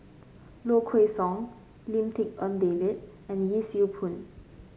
Low Kway Song Lim Tik En David and Yee Siew Pun